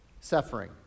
suffering